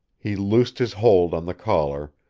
he loosed his hold on the collar,